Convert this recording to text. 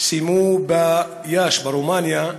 סיימו ביאש ברומניה.